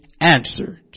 answered